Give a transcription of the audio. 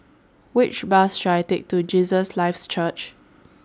Which Bus should I Take to Jesus Lives Church